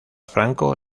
franco